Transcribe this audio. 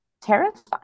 terrifying